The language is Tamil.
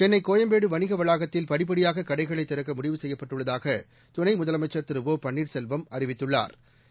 சென்னைகோயம்பேடுவணிகவளாகத்தில் படிப்படியாககடைகளைதிறக்கமுடிவு செய்யப்பட்டுள்ளதாகதுணைமுதலமைச்சா் திரு ஒ பன்னீா்செல்வமஅறிவித்துள்ளாா்